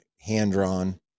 hand-drawn